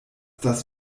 das